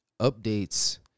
updates